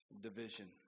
division